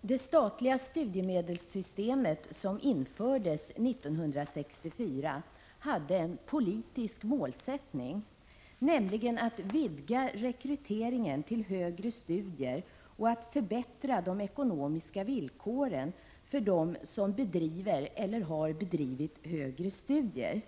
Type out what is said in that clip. Det statliga studiemedelssystemet, som infördes 1964, hade en politisk målsättning, nämligen att vidga rekryteringen till högre studier och förbättra de ekonomiska villkoren för dem som bedriver eller har bedrivit högre studier.